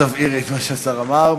את תבהירי את מה שהשר אמר.